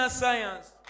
science